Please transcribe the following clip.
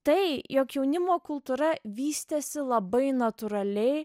tai jog jaunimo kultūra vystėsi labai natūraliai